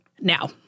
Now